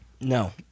No